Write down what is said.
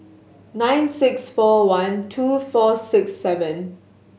nine six four one two four six seven